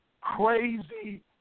crazy